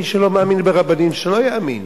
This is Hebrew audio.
מי שלא מאמין ברבנים, שלא יאמין,